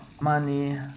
money